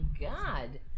god